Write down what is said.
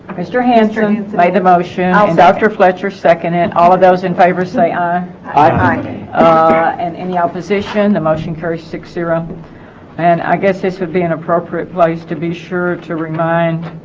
mr. hands really and made the motion dr. fletcher's second and all of those in favor say aye hi my name and any opposition the motion carries six zero and i guess this would be an appropriate place to be sure to remind